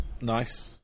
Nice